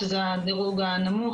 שזה הדירוג הנמוך,